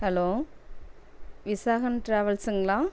hello Visakan டிராவல்ஸுங்களா